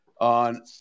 on